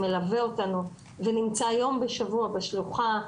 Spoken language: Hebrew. שמלווה אותנו ונמצא יום בשבוע בשלוחה,